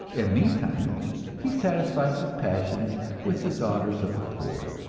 and meantime he satisfies his passions with the daughters of the poor.